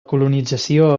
colonització